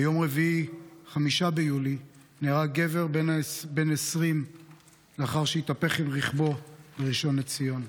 ביום רביעי 5 ביולי נהרג גבר בן 20 לאחר שהתהפך עם רכבו בראשון לציון.